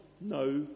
no